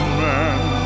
man